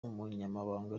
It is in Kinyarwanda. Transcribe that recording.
umunyamabanga